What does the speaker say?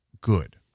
good